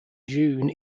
june